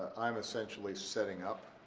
i'm essentially setting up,